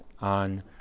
on